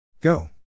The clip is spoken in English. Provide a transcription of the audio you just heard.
Go